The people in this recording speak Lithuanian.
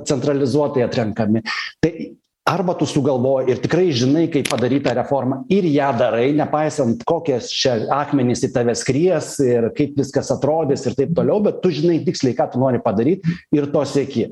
centralizuotai atrenkami tai arba tu sugalvoji ir tikrai žinai kaip padaryt tą reformą ir ją darai nepaisant kokias čia akmenys į tave skries ir kaip viskas atrodys ir taip toliau bet tu žinai tiksliai ką tu nori padaryt ir to sieki